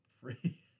Free